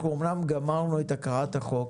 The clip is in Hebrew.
אנחנו אומנם גמרנו את הקראת החוק.